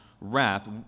wrath